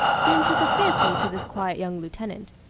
soon took a fancy to this quiet young lieutenant.